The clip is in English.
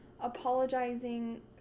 apologizing